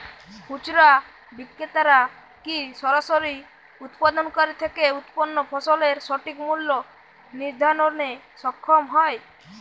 খুচরা বিক্রেতারা কী সরাসরি উৎপাদনকারী থেকে উৎপন্ন ফসলের সঠিক মূল্য নির্ধারণে সক্ষম হয়?